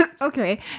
Okay